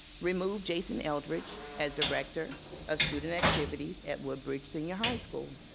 remove jason eldredge as director of student activities at woodbridge senior high school.